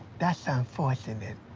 that's unfortunate.